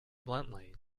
bluntly